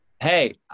hey